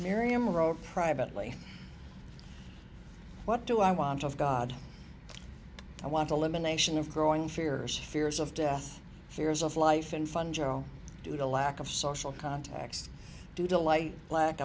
miriam wrote privately what do i want of god i want to live in nation of growing fears fears of death fears of life and fun general due to lack of social contacts due to light lack